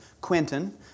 Quentin